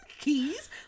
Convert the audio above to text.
Keys